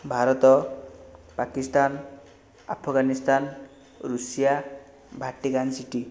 Bharat Pakistan Afghanistan Russia Vatican City